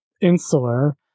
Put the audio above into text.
insular